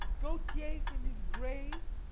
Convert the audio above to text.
gaultier from his grave!